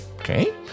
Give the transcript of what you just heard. okay